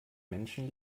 menschen